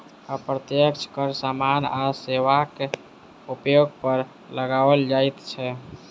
अप्रत्यक्ष कर सामान आ सेवाक उपयोग पर लगाओल जाइत छै